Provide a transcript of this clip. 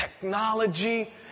technology